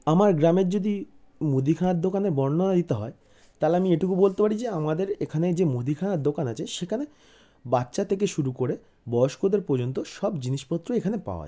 আমার গ্রামের যদি মুদিখানার দোকানের বর্ণনা দিতে হয় তালে আমি এটুকু বলতে পারি যে আমাদের এখানের যে মুদিখানার দোকান আছে সেকানে বাচ্চা থেকে শুরু করে বয়স্কদের পর্যন্ত সব জিনিসপত্র এখানে পাওয়া যায়